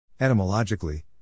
Etymologically